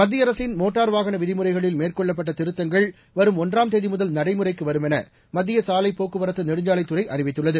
மத்திய அரசின் மோட்டார் வாகன விதிமுறைகளில் மேற்கொள்ளப்பட்ட திருத்தங்கள் வருகிற ஒன்றாம் தேதி முதல் நடைமுறைக்கு வருமென மத்திய சாலைப் போக்குவரத்து நெடுஞ்சாலைத் துறை அறிவித்துள்ளது